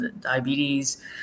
diabetes